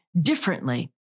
differently